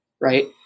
right